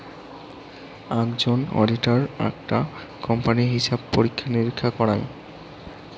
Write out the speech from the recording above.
আকজন auditor আকটা কোম্পানির হিছাব পরীক্ষা নিরীক্ষা করাং